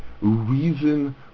Reason